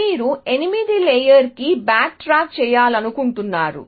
మీరు 8 లేయర్కి back track చేయాలనుకుంటున్నారు